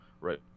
right